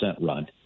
run